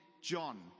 John